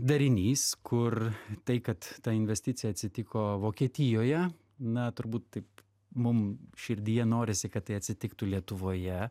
darinys kur tai kad ta investicija atsitiko vokietijoje na turbūt taip mums širdyje norisi kad tai atsitiktų lietuvoje